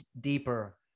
deeper